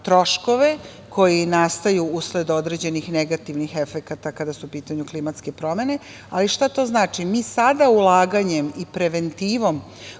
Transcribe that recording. troškove koji nastaju usled određenih negativnih efekata kada su u pitanju klimatske promene. Šta to znači? Mi sada ulaganjem i preventivom